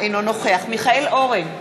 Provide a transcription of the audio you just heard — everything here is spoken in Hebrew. אינו נוכח מיכאל אורן,